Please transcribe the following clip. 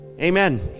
Amen